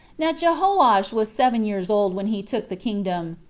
now jehoash was seven years old when he took the kingdom.